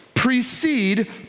precede